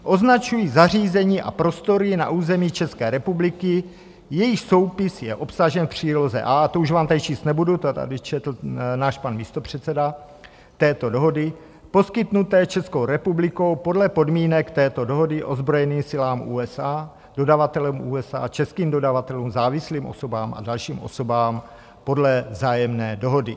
Označují zařízení a prostory na území České republiky, jejichž soupis je obsažen v příloze A a to už vám tady číst nebudu, to tady četl náš pan místopředseda této dohody poskytnuté Českou republikou podle podmínek této dohody ozbrojený silám USA, dodavatelům USA, českým dodavatelům, závislým osobám a dalším osobám podle vzájemné dohody.